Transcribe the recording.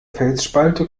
felsspalte